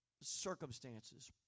circumstances